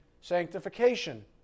sanctification